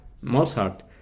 Mozart